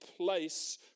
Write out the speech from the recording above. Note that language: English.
place